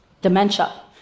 Dementia